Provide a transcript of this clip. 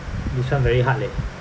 this one very hard leh